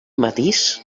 matís